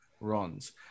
runs